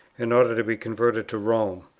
in order to be converted to rome!